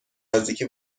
نزدیکی